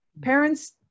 parents